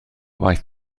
waith